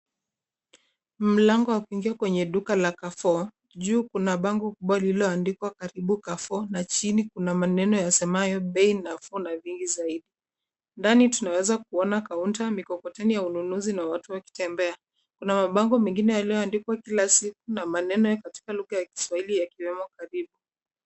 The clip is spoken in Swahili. Mlango wa kuingia kwenye duka la Carrefour juu kuna bango kubwa lililoandikwa karibu Carrefour na chini kuna maneno yasemayo bei nafuu na vingi zaidi. Ndani tunaweza kuona kaunta ,mikokoteni ya ununuzi na watu wakitembea kuna mabango mengine yaliyoandikwa kila siku na maneno katika lugha ya Kiswahili yakiwemo karibu.